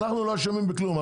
אנחנו לא אשמים בכלום,